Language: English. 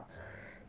ah